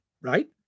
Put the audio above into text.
right